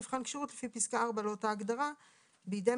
המסומנת באופן שקבע שר הרווחה והביטחון החברתי,